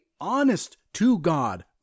honest-to-God